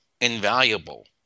invaluable